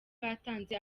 batanze